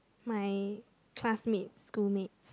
my classmates schoolmates